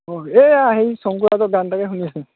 অঁ এইয়া হেৰি শংকুৰাজৰ গান এটাকে শুনি আছে